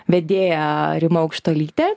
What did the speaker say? vedėja rima aukštuolytė